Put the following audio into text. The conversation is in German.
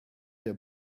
der